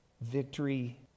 victory